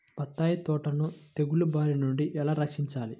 బత్తాయి తోటను తెగులు బారి నుండి ఎలా రక్షించాలి?